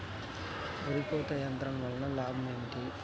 వరి కోత యంత్రం వలన లాభం ఏమిటి?